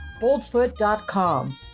Boldfoot.com